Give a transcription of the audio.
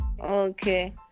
Okay